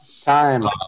Time